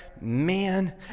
Man